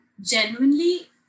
genuinely